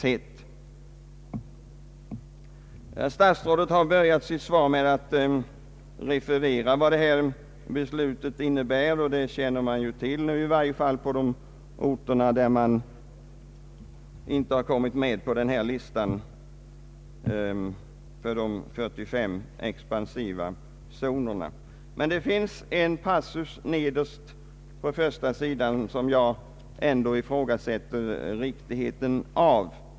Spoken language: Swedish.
Herr statsrådet började sitt svar med att referera vad beslutet innebär, och det känner man till, i varje fall på de orter där man inte har kommit med på listan med de 45 expansiva zonerna. Det finns en passus på första sidan av svaret, som jag emellertid ifrågasätter riktigheten av.